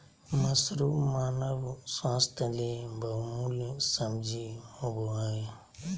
mushroom मानव स्वास्थ्य ले बहुमूल्य सब्जी होबय हइ